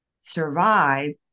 survive